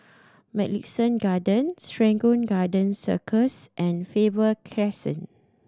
Mugliston Garden Serangoon Garden Circus and Faber Crescent